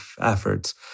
efforts